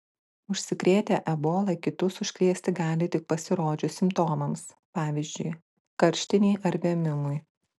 užsikrėtę ebola kitus užkrėsti gali tik pasirodžius simptomams pavyzdžiui karštinei ar vėmimui